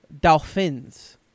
Dolphins